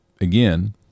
again